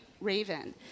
Raven